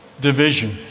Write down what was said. division